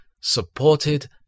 supported